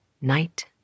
night